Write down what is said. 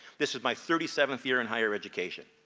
this was my thirty seventh year in higher education.